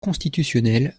constitutionnelle